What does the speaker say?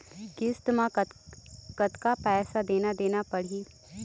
किस्त म कतका पैसा देना देना पड़ही?